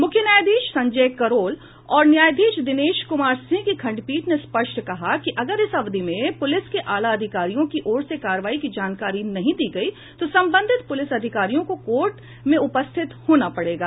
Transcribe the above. मुख्य न्यायाधीश संजय करोल और न्यायाधीश दिनेश कुमार सिंह की खंडपीठ ने स्पष्ट कहा कि अगर इस अवधि में पुलिस के आला अधिकारियों की ओर से कार्रवाई की जानकारी नहीं दी गई तो संबंधित पूलिस अधिकारियों को कोर्ट में उपस्थित होना पड़ेगा